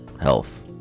health